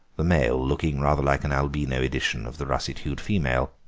the male looking rather like an albino edition of the russet hued female.